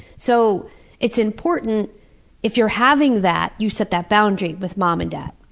so it's important if you're having that, you set that boundary with mom and dad.